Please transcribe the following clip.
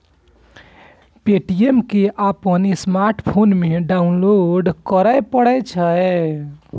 Paytm कें अपन smartphone मे डाउनलोड करय पड़ै छै